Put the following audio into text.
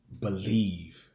believe